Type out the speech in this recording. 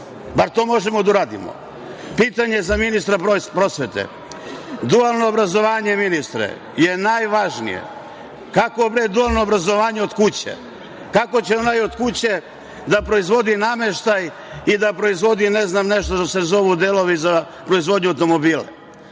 Bar to možemo da uradimo. Pitanje za ministra prosvete – dualno obrazovanje je, ministre, najvažnije. Kakvo, bre, dualno obrazovanje od kuće? Kako će onaj od kuće da proizvodi nameštaj i da proizvodi ne znam nešto što se zovu delovi za proizvodnju automobila?